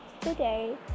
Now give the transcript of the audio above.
Today